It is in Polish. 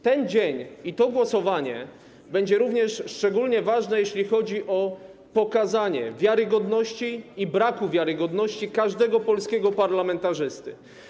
Ten dzień i to głosowanie będą również szczególnie ważne, jeśli chodzi o pokazanie wiarygodności i braku wiarygodności każdego polskiego parlamentarzysty.